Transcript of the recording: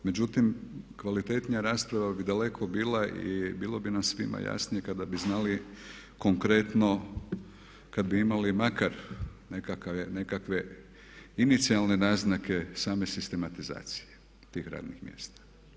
Međutim, kvalitetnija rasprava bi daleko bila i bilo bi nam svima jasnije kada bi znali konkretno, kad bi imali makar nekakve inicijalne naznake same sistematizacije tih radnih mjesta.